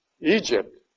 Egypt